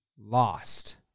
lost